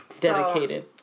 Dedicated